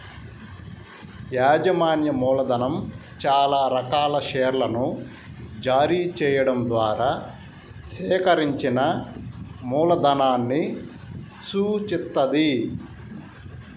యాజమాన్య మూలధనం చానా రకాల షేర్లను జారీ చెయ్యడం ద్వారా సేకరించిన మూలధనాన్ని సూచిత్తది